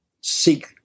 seek